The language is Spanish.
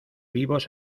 vivos